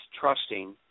trusting